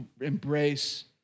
embrace